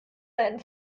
deinen